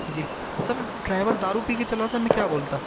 جی sir driver دارو پی کے چلا رہا تھا میں کیا بولتا